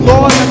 Lord